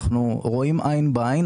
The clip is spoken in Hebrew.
אנחנו רואים עין בעין,